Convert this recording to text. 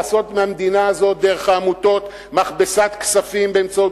לעשות מהמדינה הזאת דרך העמותות מכבסת כספים באמצעות